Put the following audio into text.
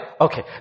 Okay